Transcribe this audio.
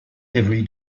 every